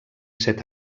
set